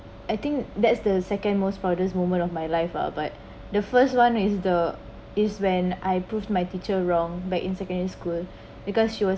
I think that's the second most proudest moment of my life ah but the first one is the is when I proof my teacher wrong but in secondary school because she was